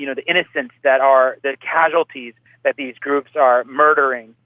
you know the innocents that are, the casualties that these groups are murdering.